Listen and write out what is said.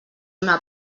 una